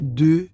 de